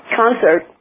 concert